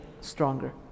stronger